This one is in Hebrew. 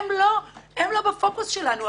לא בפוקוס שלנו.